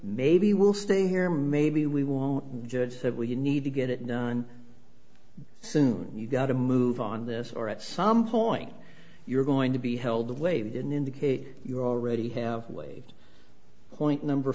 maybe we'll stay here maybe we won't judge that we need to get it done soon you've got to move on this or at some point you're going to be held the way they didn't indicate you already have waived point number